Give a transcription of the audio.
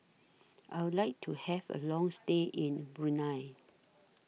I Would like to Have A Long stay in Brunei